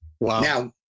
Now